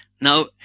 Now